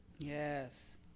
Yes